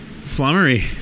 Flummery